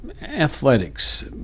athletics